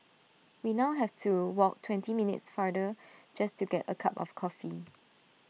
we now have to walk twenty minutes farther just to get A cup of coffee